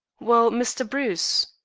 well, mr. bruce,